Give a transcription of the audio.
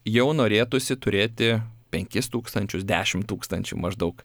jau norėtųsi turėti penkis tūkstančius dešim tūkstančių maždaug